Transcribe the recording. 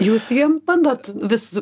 jūs jiem bandot vis